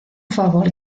favor